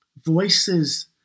Voices